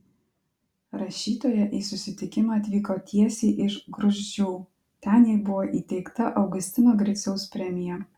rašytoja į susitikimą atvyko tiesiai iš gruzdžių ten jai buvo įteikta augustino griciaus premija